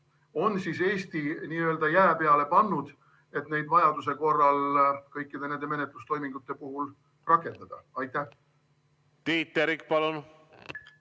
on Eesti nii-öelda jää peale pannud, et neid vajaduse korral kõikide menetlustoimingute puhul rakendada? Tiit